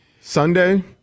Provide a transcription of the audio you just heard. Sunday